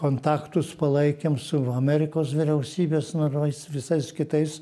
kontaktus palaikėm su amerikos vyriausybės nariais visais kitais